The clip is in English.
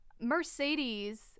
Mercedes